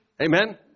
amen